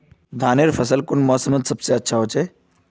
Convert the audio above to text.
धानेर फसल कुन मोसमोत सबसे अच्छा होचे?